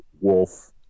wolf